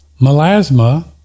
melasma